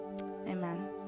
Amen